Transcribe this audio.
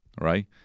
right